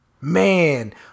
man